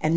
and